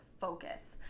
focus